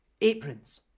Aprons